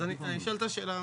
אז אני אשאל אותה שאלה.